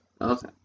Okay